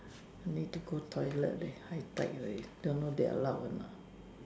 I need to go toilet leh high tide already don't know they allowed not